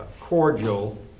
cordial